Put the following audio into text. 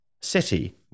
City